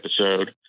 episode